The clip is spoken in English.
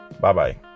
Bye-bye